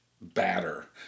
batter